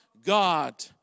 God